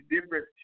different